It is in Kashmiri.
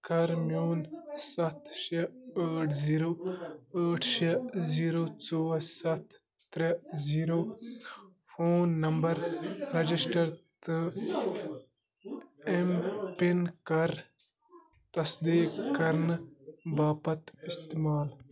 کر میٛون سَتھ شےٚ ٲٹھ زیٖرو ٲٹھ شےٚ زیٖرو ژور سَتھ ترٛےٚ زیٖرو فون نمبَر رَجَسٹَر تہٕ ایٚم پِن کر تصدیٖق کرنہٕ باپتھ استعمال